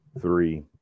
Three